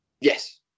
Yes